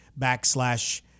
backslash